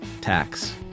tax